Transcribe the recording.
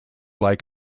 like